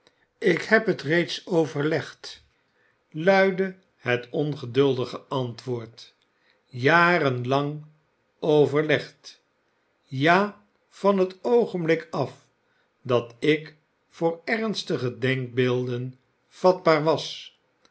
ik heb het reeds overlegd luidde het ongeduldige antwoord jaren lang overlegd ja van het oogenblik af dat ik voor ernstige denkbeelden vatbaar was